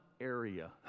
area